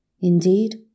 Indeed